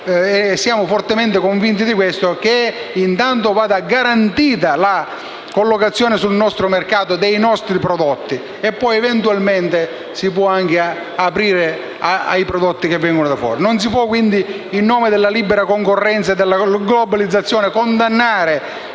Siamo però fortemente convinti del fatto che intanto vada garantita la collocazione sul mercato dei nostri prodotti e poi, eventualmente, si possa aprire ai prodotti che vengono da fuori. Non si può quindi, in nome della libera concorrenza e della globalizzazione, condannare